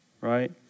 Right